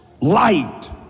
Light